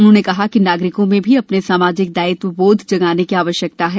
उन्होंने कहा कि नागरिकों में भी अपने सामाजिक दायित्व बोध जगाने की आवश्ययकता है